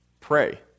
pray